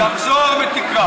תחזור ותקרא.